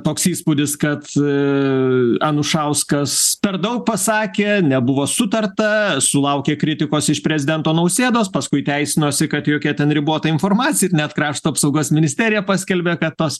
toks įspūdis kad anušauskas per daug pasakė nebuvo sutarta sulaukė kritikos iš prezidento nausėdos paskui teisinosi kad jokia ten ribota informacija net krašto apsaugos ministerija paskelbė kad tos